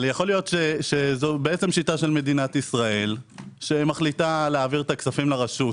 שזו שיטה של מדינת ישראל שמחליטה להעביר את הכספים לרשות.